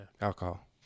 Alcohol